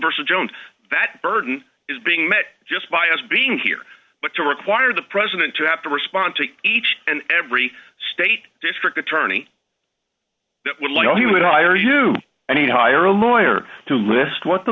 versus jones that burden is being met just by us being here but to require the president to have to respond to each and every state district attorney would like he would hire you and he'd hire a lawyer to list what the